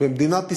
במדינת ישראל,